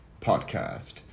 podcast